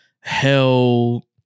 hell